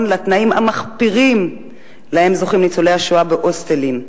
לתנאים המחפירים שזוכים להם ניצולי השואה בהוסטלים.